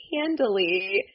handily